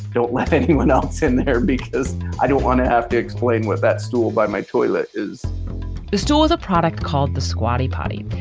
don't let anyone else in there, because i don't want to have to explain with that stool by my toilet is the store a product called the squatty potty?